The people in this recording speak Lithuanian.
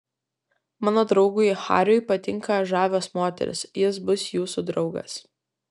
mano draugui hariui patinka žavios moterys jis bus jūsų draugas